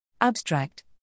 Abstract